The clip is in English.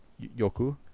Yoku